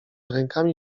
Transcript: rękami